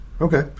Okay